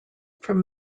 from